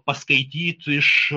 paskaityt iš